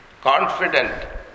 confident